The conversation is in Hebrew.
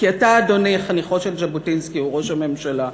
כי אתה, אדוני, חניכו של ז'בוטינסקי, ראש הממשלה.